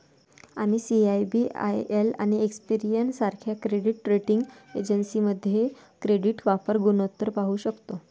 आम्ही सी.आय.बी.आय.एल आणि एक्सपेरियन सारख्या क्रेडिट रेटिंग एजन्सीमध्ये क्रेडिट वापर गुणोत्तर पाहू शकतो